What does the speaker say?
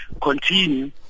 continue